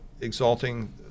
exalting